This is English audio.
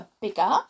bigger